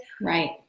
right